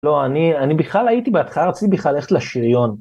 לא, אני בכלל הייתי בהתחלה רציתי בכלל ללכת לשריון.